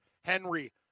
Henry